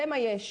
זה מה יש.